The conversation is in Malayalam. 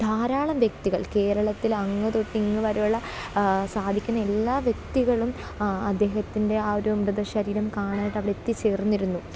ധാരാളം വ്യക്തികൾ കേരളത്തിൽ അങ്ങ് തൊട്ട് ഇങ്ങു വരെയുള്ള സാധിക്കുന്ന എല്ലാ വ്യക്തികളും അദ്ദേഹത്തിന്റെ ആ ഒരു മൃതശരീരം കാണാനായിട്ടവിടെ എത്തിച്ചേർന്നിരുന്നു